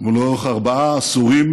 ולאורך ארבעה עשורים,